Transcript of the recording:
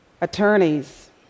attorneys